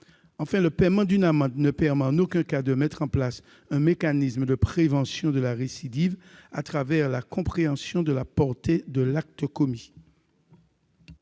Enfin, le paiement d'une amende ne permet en aucun cas de mettre en place un mécanisme de prévention de la récidive à travers la compréhension de la portée de l'acte commis.